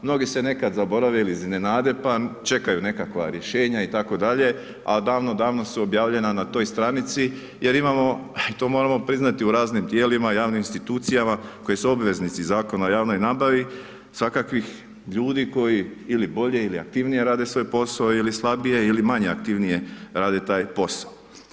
Mnogi se nekad zaborave ili iznenade pa čekaju nekakva rješenja itd., a davno, davno su objavljena na toj stranici jer imamo i to moramo priznati u raznim tijelima, javnim institucijama koji su obveznici Zakona o javnoj nabavi, svakakvih ljudi koji ili bolje ili aktivnije rade svoj posao ili slabije ili manje aktivnije rade taj posao.